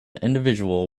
individual